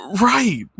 Right